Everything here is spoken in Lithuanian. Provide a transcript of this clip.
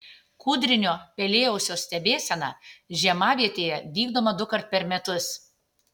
kūdrinio pelėausio stebėsena žiemavietėje vykdoma dukart per metus